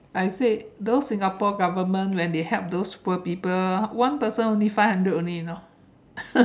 I said those Singapore goverment when they help those poor people one person only five hundred only you know